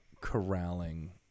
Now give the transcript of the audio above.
corralling